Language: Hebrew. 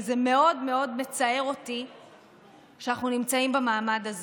וזה מאוד מצער אותי שאנחנו נמצאים במעמד הזה.